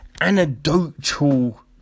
anecdotal